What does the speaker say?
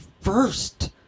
first